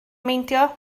meindio